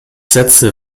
sätze